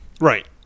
Right